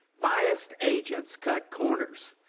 biased agents cut corners.